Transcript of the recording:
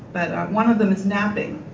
but one of them is napping.